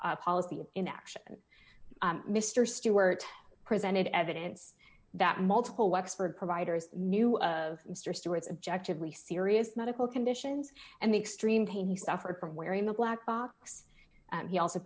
a policy of inaction mr stewart presented evidence that multiple wexford providers knew of mr stewart subjectively serious medical conditions and the extreme pain he suffered from wearing the black box he also